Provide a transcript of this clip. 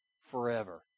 forever